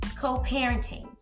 co-parenting